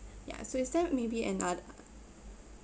ya so is that maybe ano~